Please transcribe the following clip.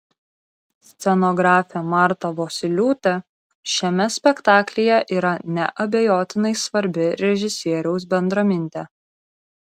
scenografė marta vosyliūtė šiame spektaklyje yra neabejotinai svarbi režisieriaus bendramintė